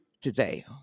today